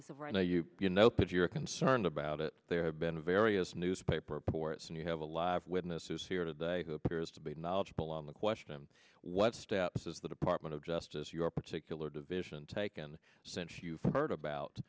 the you know page you're concerned about it there have been various newspaper reports and you have a lot of witnesses here today who appears to be knowledgeable on the question what steps is the department of justice your particular division taken since you've heard about